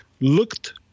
looked